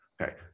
Okay